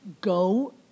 go